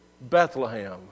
Bethlehem